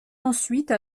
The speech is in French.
ensuite